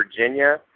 Virginia